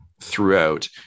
throughout